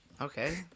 Okay